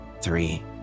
three